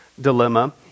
dilemma